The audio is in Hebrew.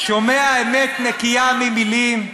"שומע אמת נקיה ממילים /